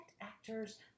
actors